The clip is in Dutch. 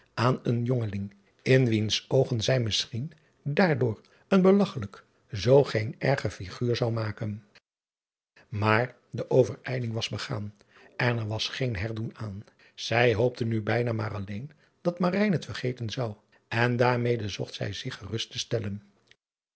aan een jongeling in wiens oogen zij misschien daardoor een belagchelijk zoo geen erger figuur zou maken aar de overijling was begaan en er was geen herdoen aan ij hoopte nu bijna maar alleen dat het vergeten zou en daarmede zocht zij zich gerust te stellen